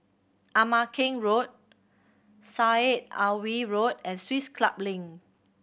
Ama Keng Road Syed Alwi Road and Swiss Club Link